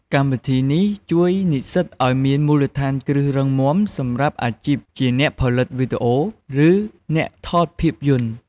កម្មវិធីនេះជួយនិស្សិតឱ្យមានមូលដ្ឋានរឹងមាំសម្រាប់អាជីពជាអ្នកផលិតវីដេអូ ឬអ្នកថតភាពយន្ត។